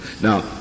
Now